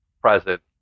present